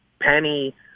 Penny